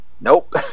nope